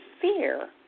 fear